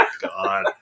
God